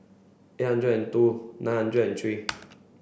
eight hundred and two nine hundred and three